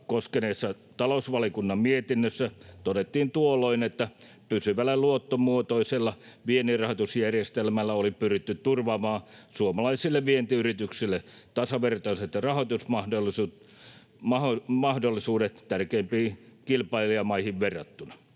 koskeneessa talousvaliokunnan mietinnössä todettiin tuolloin, että pysyvällä luottomuotoisella vienninrahoitusjärjestelmällä oli pyritty turvaamaan suomalaisille vientiyrityksille tasavertaiset rahoitusmahdollisuudet tärkeimpiin kilpailijamaihin verrattuna.